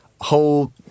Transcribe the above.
whole